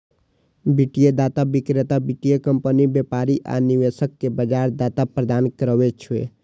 वित्तीय डाटा विक्रेता वित्तीय कंपनी, व्यापारी आ निवेशक कें बाजार डाटा प्रदान करै छै